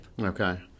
Okay